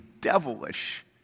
devilish